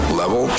level